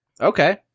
Okay